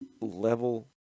level